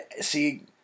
See